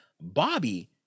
Bobby